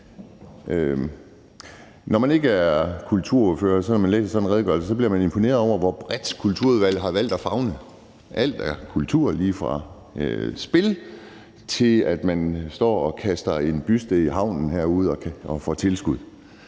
sådan en redegørelse, bliver man imponeret over, hvor bredt kulturministeren har valgt at favne. Alt er kultur, lige fra spil, til at man står og kaster en buste i havnen herude og får tilskud.